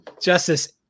Justice